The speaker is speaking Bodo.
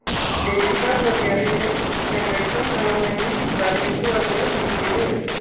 देबिका बरग'यारिनो ट्रेन्जेकसन खालामनायनि जारिमिनखौ आंनो मिथिहो